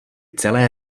celé